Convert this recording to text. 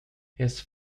his